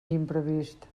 imprevist